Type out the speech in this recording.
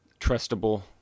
trustable